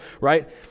right